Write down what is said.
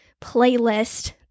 playlist